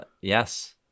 Yes